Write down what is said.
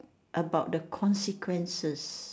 about the consequences